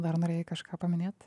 dar norėjai kažką paminėt